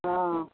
हँ